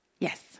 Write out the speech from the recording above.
Yes